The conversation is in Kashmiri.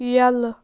یلہٕ